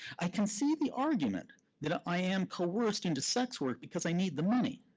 i can see the argument that i am coerced into sex work because i need the money.